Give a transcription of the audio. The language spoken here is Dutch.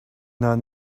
naar